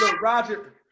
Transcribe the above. Roger